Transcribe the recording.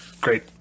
Great